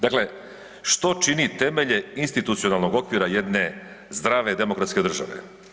Dakle, što čini temelje institucionalnog okvira jedne zdrave demokratske države?